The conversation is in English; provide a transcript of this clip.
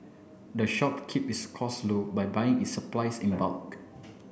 the shop keep its cost low by buying its supplies in bulk